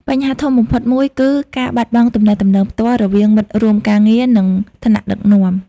បញ្ហាធំបំផុតមួយគឺ ការបាត់បង់ទំនាក់ទំនងផ្ទាល់ រវាងមិត្តរួមការងារ និងថ្នាក់ដឹកនាំ។